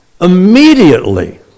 Immediately